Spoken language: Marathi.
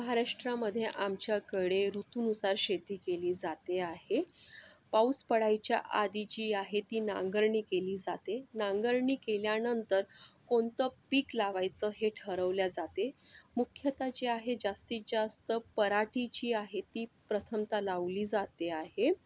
महाराष्ट्रामध्ये आमच्याकडे ऋतुनुसार शेती केली जाते आहे पाऊस पडायच्या आधी जी आहे ती नांगरणी केली जाते नांगरणी केल्यानंतर कोणतं पीक लावायचं हे ठरवले जाते मुख्यत जे आहे जास्तीत जास्त पराठीची आहे ती प्रथमत लावली जाते आहे